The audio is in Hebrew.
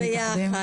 עובדים ביחד.